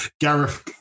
Gareth